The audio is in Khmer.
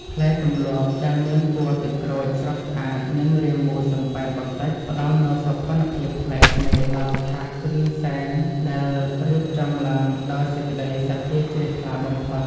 ផ្លែទម្លាប់ដែលមានពណ៌ទឹកក្រូចស្រស់ស្អាតនិងរាងមូលសំប៉ែតបន្តិចផ្តល់នូវសោភ័ណភាពប្លែកភ្នែកដល់ថាសគ្រឿងសែនដែលរៀបចំឡើងដោយសេចក្តីសទ្ធាជ្រះថ្លាបំផុត។